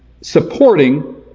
supporting